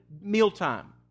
mealtime